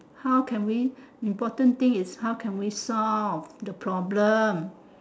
how can we important thing is how can we solve the problem